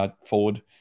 forward